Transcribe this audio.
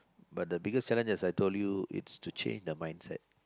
but the biggest seven as I told you is to change the mindset